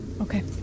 Okay